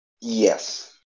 yes